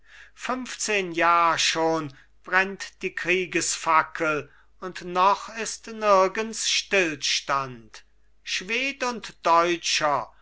fünfzehn jahr schon brennt die kriegesfackel und noch ist nirgends stillstand schwed und deutscher